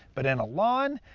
but in a lawn,